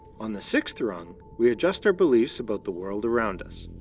on the sixth rung, we adjust our beliefs about the world around us,